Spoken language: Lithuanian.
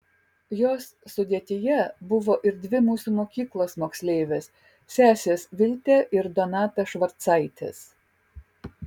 jos sudėtyje buvo ir dvi mūsų mokyklos moksleivės sesės viltė ir donata švarcaitės